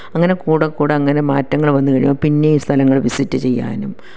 അങ്ങനെ കൂടെക്കൂടെ അങ്ങനെ മാറ്റങ്ങൾ വന്നു കഴിയുമ്പോൾ പിന്നെയും ഈ സ്ഥലങ്ങള് വിസിറ്റ് ചെയ്യാനും